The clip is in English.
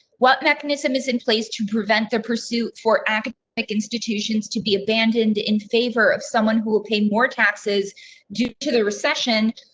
what mechanism is in place to prevent the pursuit for academic like institutions, to be abandoned in favor of someone who will pay more taxes due to the recession.